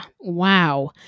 Wow